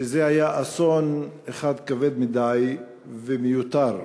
שזה היה אסון אחד כבד מדי ומיותר.